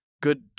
Good